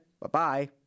Bye-bye